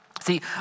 See